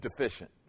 deficient